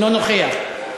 אינו נוכח,